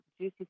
juicy